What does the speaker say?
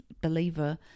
believer